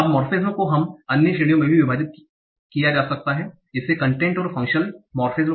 अब मोर्फेमस को कुछ अन्य श्रेणियों में भी विभाजित किया जा सकता हैं जैसे कंटेंट और फंशनल मोर्फेमस